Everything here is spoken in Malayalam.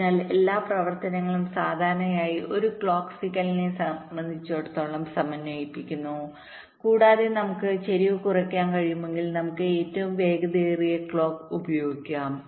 അതിനാൽ എല്ലാ പ്രവർത്തനങ്ങളും സാധാരണയായി ഒരു ക്ലോക്ക് സിഗ്നലിനെസംബന്ധിച്ചിടത്തോളം സമന്വയിപ്പിക്കുന്നു കൂടാതെ നമുക്ക് ചരിവ് കുറയ്ക്കാൻ കഴിയുമെങ്കിൽ നമുക്ക് ഏറ്റവും വേഗതയേറിയ ക്ലോക്ക് ഉപയോഗിക്കാം